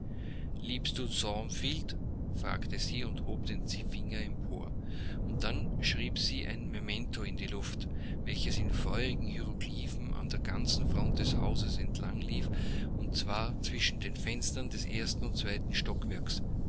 liebst du thornfield fragte sie und hob den finger empor und dann schrieb sie ein memento in die luft welches in feurigen hieroglyphen an der ganzen front des hauses entlang lief und zwar zwischen den fenstern des ersten und zweiten stockwerks